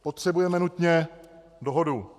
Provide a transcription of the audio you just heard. Potřebujeme nutně dohodu.